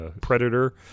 Predator